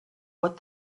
what